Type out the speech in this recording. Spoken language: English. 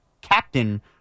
captain